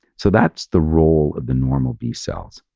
so that's the role of the normal b-cells.